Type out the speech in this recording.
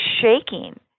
shaking